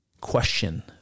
question